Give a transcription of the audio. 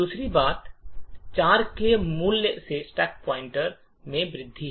दूसरी बात 4 के मूल्य से स्टैक पॉइंटर वेतन वृद्धि